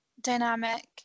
dynamic